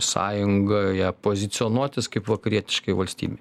sąjungoje pozicionuotis kaip vakarietiškai valstybei